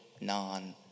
non